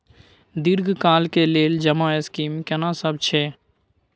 दीर्घ काल के लेल जमा स्कीम केना सब छै?